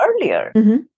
earlier